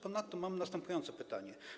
Ponadto mam następujące pytanie.